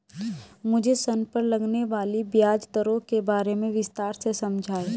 मुझे ऋण पर लगने वाली ब्याज दरों के बारे में विस्तार से समझाएं